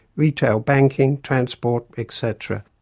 retail banking, transport, etc.